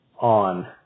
on